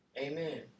Amen